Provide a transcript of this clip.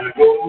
go